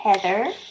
Heather